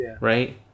right